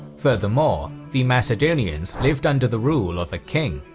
furthermore, the macedonians lived under the rule of a king.